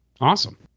Awesome